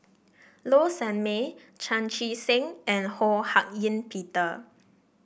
Low Sanmay Chan Chee Seng and Ho Hak Ean Peter